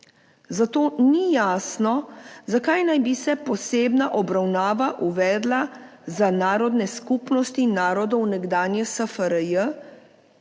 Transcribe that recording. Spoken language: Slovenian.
Zato ni jasno, zakaj naj bi se posebna obravnava uvedla za narodne skupnosti narodov nekdanje SFRJ,